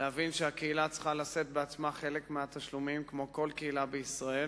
להבין שהקהילה צריכה לשאת בעצמה בחלק מהתשלומים כמו כל קהילה בישראל.